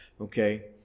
okay